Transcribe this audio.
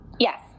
Yes